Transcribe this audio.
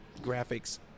graphics